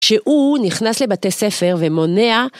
שהוא נכנס לבתי ספר ומונע